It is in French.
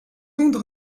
ondes